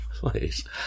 Please